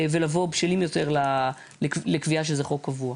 ולבוא בשלים יותר לקביעה שזה חוק קבוע.